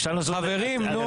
חברים, נו.